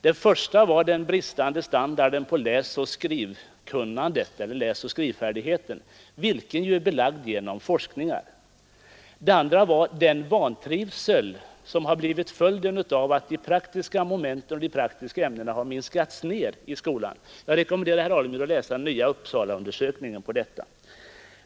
Den första gällde den bristande standarden när det gäller läsoch skrivfärdigheten, något som är belagt genom forskning. Den andra var den vantrivsel som har blivit följden av att de praktiska momenten och de praktiska ämnena i skolan har skurits ner — jag rekommenderar herr Alemyr att läsa den nya Uppsalaundersökningen på detta område.